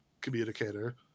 communicator